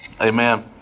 Amen